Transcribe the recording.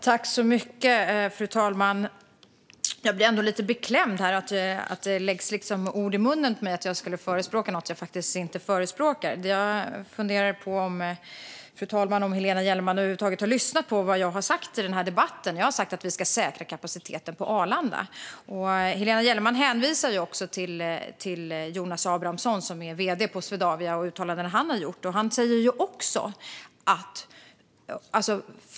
Fru talman! Jag blir lite beklämd när det liksom läggs ord i munnen på mig, som att jag skulle förespråka något jag faktiskt inte förespråkar. Jag funderar på, fru talman, om Helena Gellerman över huvud taget har lyssnat på vad jag har sagt i denna debatt. Jag har sagt att vi ska säkra kapaciteten på Arlanda. Helena Gellerman hänvisar till Jonas Abrahamsson, som är vd på Swedavia, och uttalanden han har gjort. Han säger också annat.